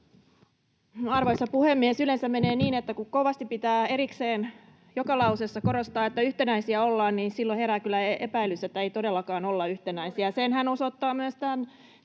Arvoisa puhemies! Yleensä menee niin, että kun kovasti pitää erikseen joka lauseessa korostaa, että yhtenäisiä ollaan, niin silloin herää kyllä epäilys, että ei todellakaan olla yhtenäisiä. Senhän osoittaa myös tämä